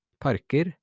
parker